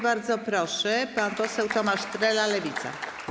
Bardzo proszę, pan poseł Tomasz Trela, Lewica.